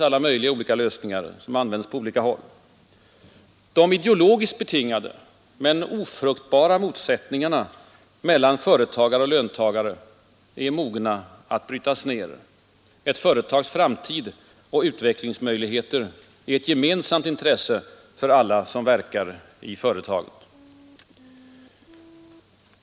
Det finns olika lösningar som används på olika håll. De ideologiskt betingade men ofruktbara motsättningarna mellan företagare och löntagare är mogna att brytas ner. Ett företags framtid och utvecklingsmöjligheter är ett gemensamt intresse för alla som verkar i företaget.